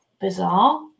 bizarre